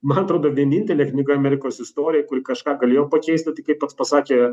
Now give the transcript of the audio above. man atrodo vienintelė knyga amerikos istorijoj kuri kažką galėjo pakeisti tai kaip pats pasakė